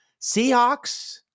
Seahawks